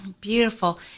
Beautiful